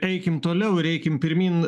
eikim toliau ir eikim pirmyn